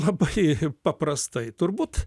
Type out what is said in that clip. labai paprastai turbūt